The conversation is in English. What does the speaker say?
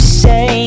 say